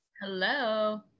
hello